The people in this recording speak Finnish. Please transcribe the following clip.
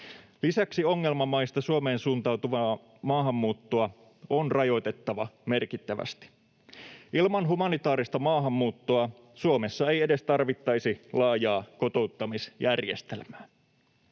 Lisäksi ongelmamaista Suomeen suuntautuvaa maahanmuuttoa on rajoitettava merkittävästi. Ilman humanitaarista maahanmuuttoa Suomessa ei edes tarvittaisi laajaa kotouttamisjärjestelmää.